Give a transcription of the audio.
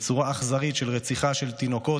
בצורה אכזרית של רצח תינוקות,